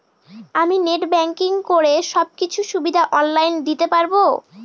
আমি net banking করে সব কিছু সুবিধা অন লাইন দিতে পারবো?